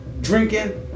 drinking